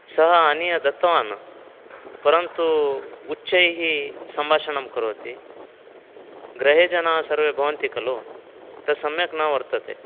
सः आनीय दत्तवान् परन्तु उच्चैः सम्भाषणं करोति गृहे जनाः सर्वे भवन्ति खलु तत् सम्यक् न वर्तते